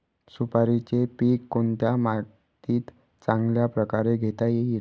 सुपारीचे पीक कोणत्या मातीत चांगल्या प्रकारे घेता येईल?